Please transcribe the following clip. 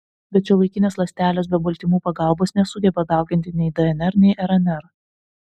bet šiuolaikinės ląstelės be baltymų pagalbos nesugeba dauginti nei dnr nei rnr